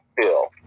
bill